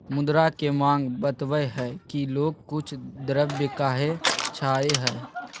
मुद्रा के माँग बतवय हइ कि लोग कुछ द्रव्य काहे चाहइ हइ